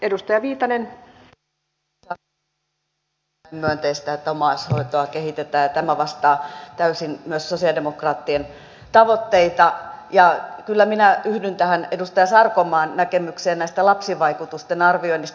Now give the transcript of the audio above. on erittäin myönteistä että omaishoitoa kehitetään ja tämä vastaa täysin myös sosialidemokraattien tavoitteita ja kyllä minä yhdyn edustaja sarkomaan näkemykseen lapsivaikutusten arvioinnista